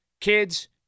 Kids